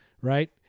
right